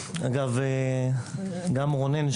גם רונן,